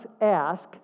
ask